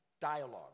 dialogue